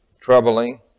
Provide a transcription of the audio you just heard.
troubling